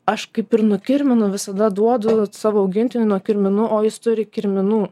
aš kaip ir nukirminu visada duodu savo augintinį nuo kirminų o jis turi kirminų